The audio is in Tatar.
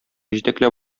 җитәкләп